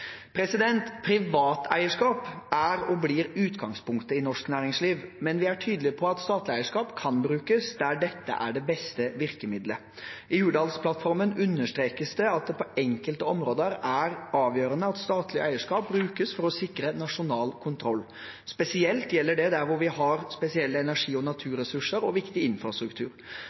Privat eierskap er og blir utgangspunktet i norsk næringsliv, men vi er tydelige på at statlig eierskap kan brukes der dette er det beste virkemiddelet. I Hurdalsplattformen understrekes det at det på enkelte områder er avgjørende at statlig eierskap brukes for å sikre nasjonal kontroll. Spesielt gjelder det der hvor vi har spesielle energi- og naturressurser og viktig infrastruktur.